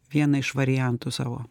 vieną iš variantų savo